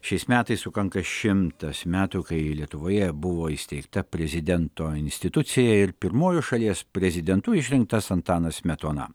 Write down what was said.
šiais metais sukanka šimtas metų kai lietuvoje buvo įsteigta prezidento institucija ir pirmuoju šalies prezidentu išrinktas antanas smetona